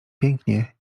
pięknie